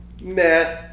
Nah